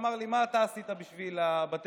לא תהיה הצבעה על הצעת